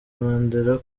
mandela